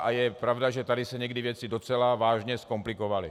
A je pravda, že tady se někdy věci docela vážně zkomplikovaly.